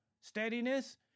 steadiness